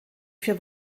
für